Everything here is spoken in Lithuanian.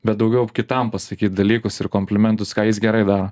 bet daugiau kitam pasakyt dalykus ir komplimentus ką jis gerai daro